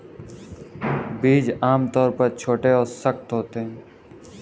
बीज आमतौर पर छोटे और सख्त होते हैं